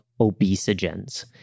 obesogens